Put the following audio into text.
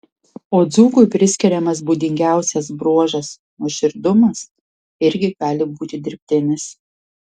o dzūkui priskiriamas būdingiausias bruožas nuoširdumas irgi gali būti dirbtinis